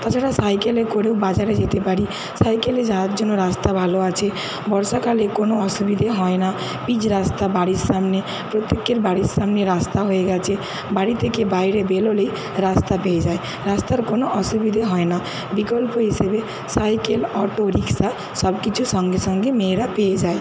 তাছাড়া সাইকেলে করেও বাজারে যেতে পারি সাইকেলে যাওয়ার জন্য রাস্তা ভালো আছে বর্ষাকালে কোনো অসুবিধে হয় না পিচ রাস্তা বাড়ির সামনে প্রত্যেকের বাড়ির সামনে রাস্তা হয়ে গেছে বাড়ি থেকে বাইরে বেরোলেই রাস্তা পেয়ে যায় রাস্তার কোনো অসুবিধে হয় না বিকল্প হিসেবে সাইকেল অটো রিক্সা সব কিছু সঙ্গে সঙ্গে মেয়েরা পেয়ে যায়